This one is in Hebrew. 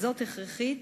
והיא הכרחית